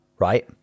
right